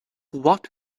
what